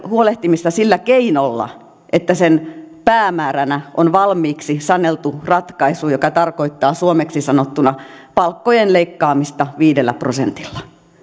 huolehtimista sillä keinolla että sen päämääränä on valmiiksi saneltu ratkaisu joka tarkoittaa suomeksi sanottuna palkkojen leikkaamista viidellä prosentilla